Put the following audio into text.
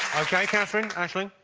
ok, katherine, aisling?